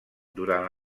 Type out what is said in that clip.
durant